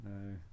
no